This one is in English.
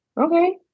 Okay